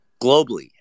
globally